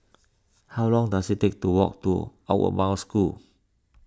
how long does it take to walk to Outward Bound School